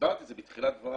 הסברתי את זה בתחילת דבריי